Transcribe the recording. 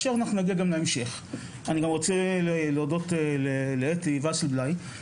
אני רוצה להודות לאתי וייסבלאי,